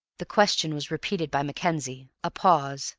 the question was repeated by mackenzie a pause,